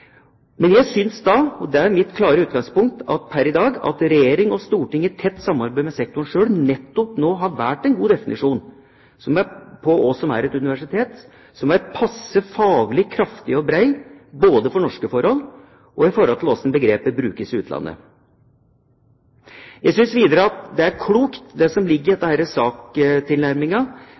men noe vi har definert. Men jeg synes da – og det er mitt klare utgangspunkt – at pr. i dag har regjering og storting i tett samarbeid med sektoren selv valgt en god definisjon, som er passe faglig kraftig og bred, på hva som er et universitet – både for norske forhold og i forhold til hvordan begrepet brukes i utlandet. Jeg synes videre det er klokt det som ligger i